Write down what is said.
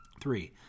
Three